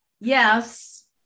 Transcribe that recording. yes